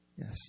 Yes